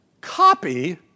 copy